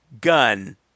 Gun